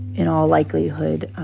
in all likelihood,